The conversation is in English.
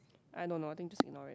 I don't know I think just ignore it